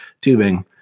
tubing